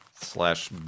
slash